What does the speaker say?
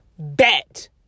bet